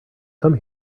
come